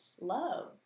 love